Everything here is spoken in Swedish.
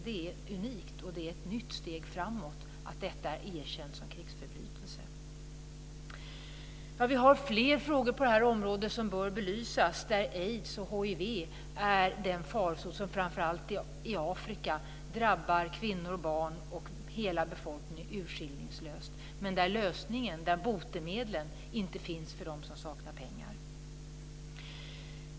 Det är unikt och ett nytt steg framåt att det erkänns som krigsförbrytelse. Det finns fler frågor på detta område som bör belysas. Aids och hiv är en farsot som framför allt i Afrika drabbar kvinnor, barn och hela befolkningen urskillningslöst. Där finns botemedlen inte för dem som saknar pengar.